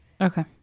Okay